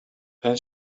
then